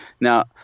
Now